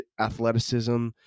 athleticism